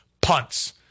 punts